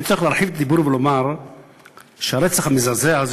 אין צורך להרחיב את הדיבור ולומר שהרצח המזעזע של